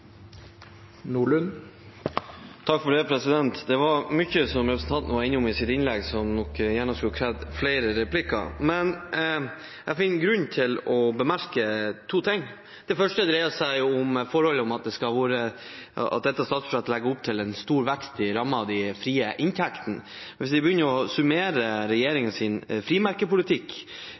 Det var mye representanten var innom i sitt innlegg som kunne krevd flere replikker, men jeg finner grunn til å bemerke to ting. Det første dreier seg om det forholdet at dette statsbudsjettet legger opp til en stor vekst i rammen for de frie inntektene. Hvis vi begynner å summere regjeringens frimerkepolitikk,